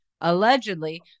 allegedly